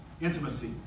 Intimacy